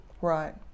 Right